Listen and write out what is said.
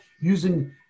using